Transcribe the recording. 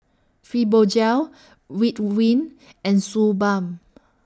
Fibogel Ridwind and Suu Balm